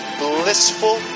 blissful